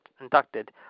inducted